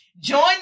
Join